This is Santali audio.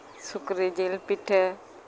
ᱥᱩᱠᱨᱤ ᱡᱤᱞ ᱯᱤᱴᱷᱟᱹ